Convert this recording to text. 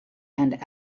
and